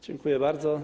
Dziękuję bardzo.